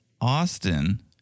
Austin